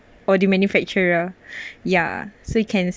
or the manufacturer ya so you can